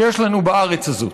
שיש לנו בארץ הזאת.